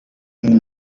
أنا